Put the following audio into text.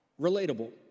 relatable